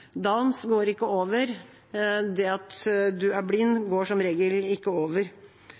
Downs går ikke over, og det at en er blind, går som regel ikke over.